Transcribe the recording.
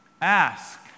ask